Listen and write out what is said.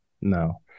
no